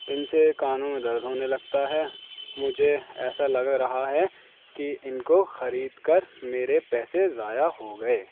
ان سے کانوں میں درد ہونے لگتا ہے مجھے ایسا لگ رہا ہے کہ ان کو خرید کر میرے پیسے ضائع ہو گئے